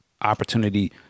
opportunity